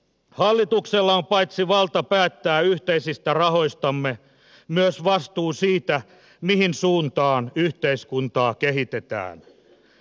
hallituksella on paitsi valta päättää yhteisistä rahoistamme myös vastuu siitä mihin suuntaan yhteiskuntaa kehitetään